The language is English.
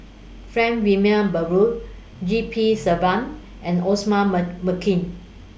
Frank Wilmin Brewer G P Selvam and Osman Merican